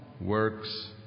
works